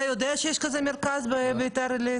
אתה יודע שיש כזה מרכז בביתר עילית?